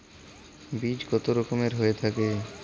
বীজ কত রকমের হয়ে থাকে?